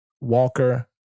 Walker